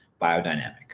biodynamic